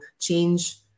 change